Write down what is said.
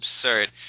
absurd